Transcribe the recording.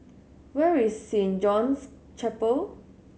where is Saint John's Chapel